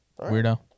Weirdo